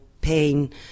pain